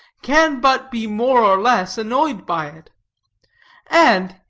can but be more or less annoyed by it and,